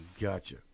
Gotcha